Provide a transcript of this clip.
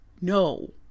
No